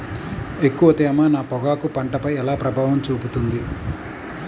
ఎక్కువ తేమ నా పొగాకు పంటపై ఎలా ప్రభావం చూపుతుంది?